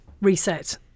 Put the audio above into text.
reset